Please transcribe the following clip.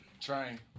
Trying